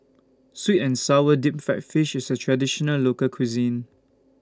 Sweet and Sour Deep Fried Fish IS A Traditional Local Cuisine